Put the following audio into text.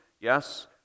Yes